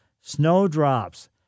snowdrops